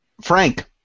Frank